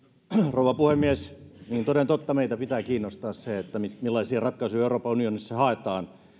rouva puhemies toden totta meitä pitää kiinnostaa se millaisia ratkaisuja euroopan unionissa haetaan